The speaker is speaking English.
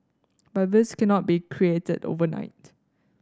but this cannot be created overnight